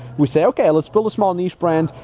we say, okay, let's build a small niche brand.